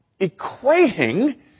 equating